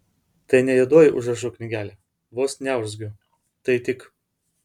tai ne juodoji užrašų knygelė vos neurzgiu tai tik